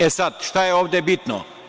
E sada, šta je ovde bitno.